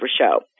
show